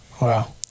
Wow